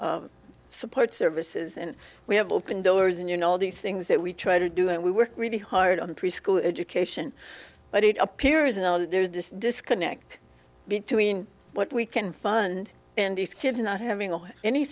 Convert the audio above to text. childhood support services and we have open doors and you know all these things that we try to do and we work really hard on preschool education but it appears now there's this disconnect between what we can fund and these kids not having any